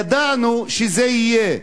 ידענו שזה יהיה.